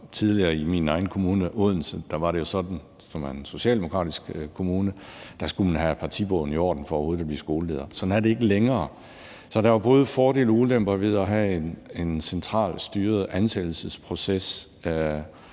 tidligere i min egen kommune, Odense, som var en socialdemokratisk kommune, var det jo sådan, at man skulle have partibogen i orden for overhovedet at blive skoleleder. Sådan er det ikke længere. Så der er jo både fordele og ulemper ved at have en centralt styret ansættelsesproces i